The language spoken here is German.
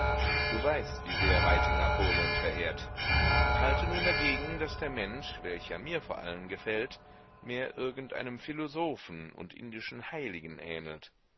du weißt wie sehr reiting napoleon verehrt halte nun dagegen daß der mensch welcher mir vor allen gefällt mehr irgendeinem philosophen und indischen heiligen ähnelt